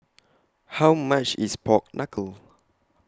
How much IS Pork Kuckle